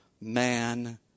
man